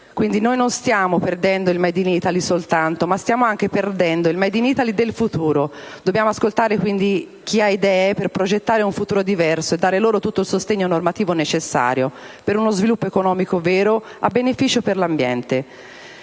Quindi, noi non stiamo perdendo soltanto il *made in Italy*, attuale ma anche il *made in Italy* del futuro. Dobbiamo ascoltare, dunque, chi ha idee per progettare un futuro diverso dando loro tutto il sostegno normativo necessario per uno sviluppo economico vero, a beneficio dell'ambiente.